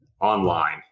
online